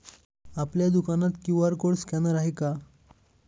आपल्या दुकानात QR code scanner आहे का?